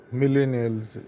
millennials